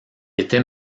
était